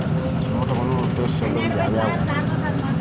ನೋಟುಗಳ ಉಪಯೋಗಾಳ್ಯಾವ್ಯಾವು?